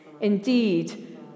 Indeed